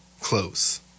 Close